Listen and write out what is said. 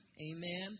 amen